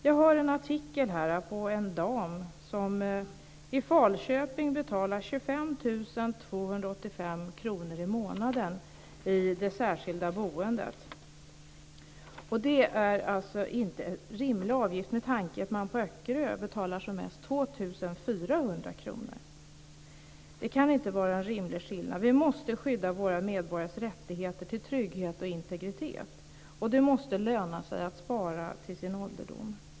Jag har en artikel här om en dam som i Falköping betalar 25 285 kr i månaden för det särskilda boendet. Det är ingen rimlig avgift, med tanke på att man på Öckerö betalar som mest 2 400 kr! Det kan inte vara en rimlig skillnad. Vi måste skydda våra medborgares rättigheter till trygghet och integritet. Det måste löna sig att spara till sin ålderdom.